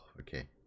okay